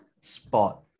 spot